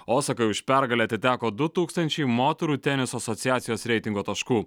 osakai už pergalę atiteko du tūkstančiai moterų teniso asociacijos reitingo taškų